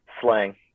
slang